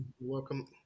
welcome